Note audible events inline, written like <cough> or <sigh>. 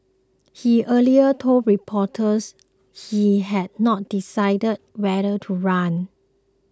<noise> he earlier told reporters he had not decided whether to run